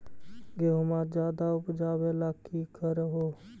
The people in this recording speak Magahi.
गेहुमा ज्यादा उपजाबे ला की कर हो?